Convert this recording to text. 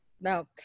No